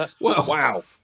Wow